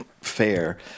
fair